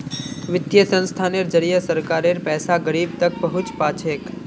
वित्तीय संस्थानेर जरिए सरकारेर पैसा गरीब तक पहुंच पा छेक